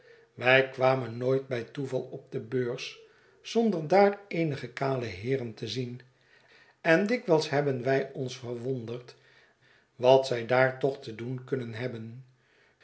wij kwamen nooit bij toeval op de beurs zonder daar eenige kale heeren te zien en dikwijls hebben wij ons verwonderd wat zij daar toch te doen kunnen hebben